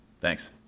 Thanks